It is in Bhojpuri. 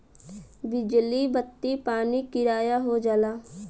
बिजली बत्ती पानी किराया हो जाला